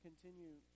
continue